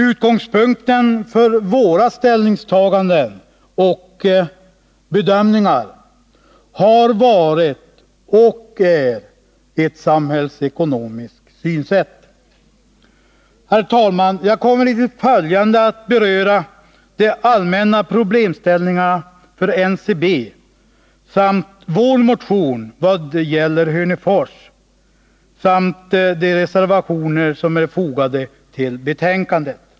Utgångspunkten för våra ställningstaganden och bedömningar har varit och är ett samhällsekonomiskt synsätt. Herr talman! Jag kommer i det följande att beröra de allmänna problemställningarna för NCB och vår motion i vad gäller Hörnefors samt de reservationer som är fogade till betänkandet.